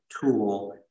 tool